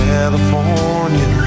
California